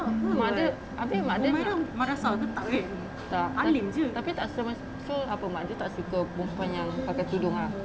mak dia abeh mak dia nak tak tapi tak so apa mak dia tak suka perempuan yang pakai tudung ah